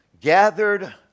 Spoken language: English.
gathered